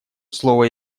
слово